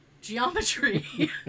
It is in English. geometry